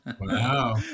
Wow